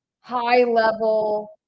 high-level